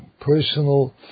personal